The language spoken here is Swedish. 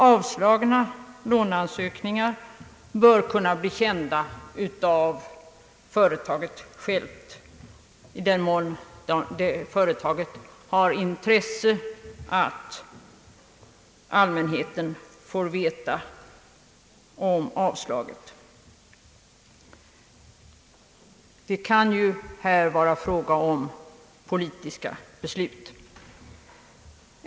Avslagna låneansökningar bör kunna göras kända av företaget självt i den mån företaget har intresse av att allmänheten får besked — det kan ju här vara fråga om politiska beslut.